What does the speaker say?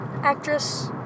actress